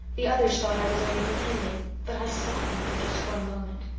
the others thought i was only pretending but i saw him for just one moment.